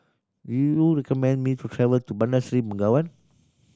do you recommend me to travel to Bandar Seri Begawan